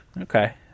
Okay